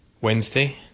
Wednesday